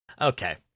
Okay